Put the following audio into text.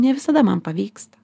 nevisada man pavyksta